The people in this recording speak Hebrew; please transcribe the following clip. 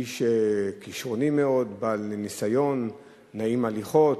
איש כשרוני מאוד, בעל ניסיון, נעים הליכות,